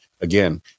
again